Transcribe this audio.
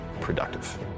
productive